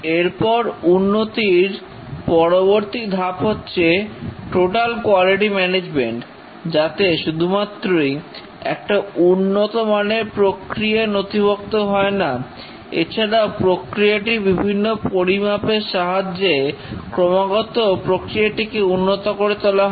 এরপর উন্নতির পরবর্তী ধাপ হচ্ছে টোটাল কোয়ালিটি ম্যানেজমেন্ট যাতে শুধুমাত্রই একটা উন্নত মানের প্রক্রিয়া নথিভূক্ত হয়না এছাড়াও প্রক্রিয়াটির বিভিন্ন পরিমাপ এর সাহায্যে ক্রমাগত প্রক্রিয়াটিকে উন্নত করে তোলা হয়